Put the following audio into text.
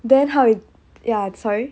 then how it ya sorry